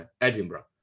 Edinburgh